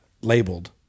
labeled